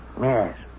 Yes